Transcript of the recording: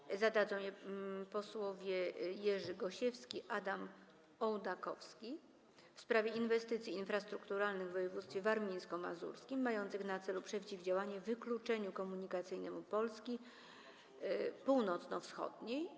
Pytanie zadadzą posłowie Jerzy Gosiewski i Adam Ołdakowski w sprawie inwestycji infrastrukturalnych w województwie warmińsko-mazurskim mających na celu przeciwdziałanie wykluczeniu komunikacyjnemu Polski północno-wschodniej.